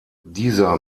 dieser